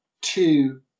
two